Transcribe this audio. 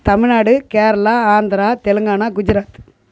Tamil Nadu Kerala Andhra Telangana Gujarat